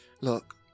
Look